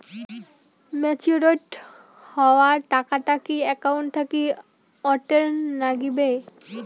Matured হওয়া টাকাটা কি একাউন্ট থাকি অটের নাগিবে?